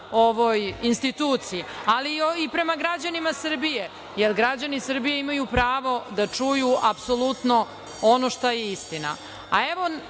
ovoj instituciji, ali i prema građanima Srbije, građani Srbije imaju pravo da čuju apsolutno ono šta je istina. Još